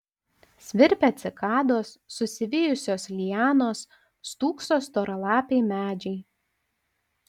svirpia cikados susivijusios lianos stūkso storalapiai medžiai